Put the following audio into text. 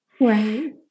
Right